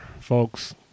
folks